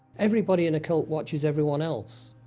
everybody in a cult watches everyone else.